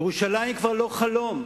ירושלים כבר לא חלום.